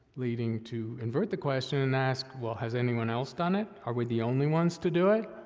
leading to invert the question and ask, well, has anyone else done it? are we the only ones to do it?